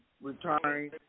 retiring